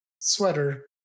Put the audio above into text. sweater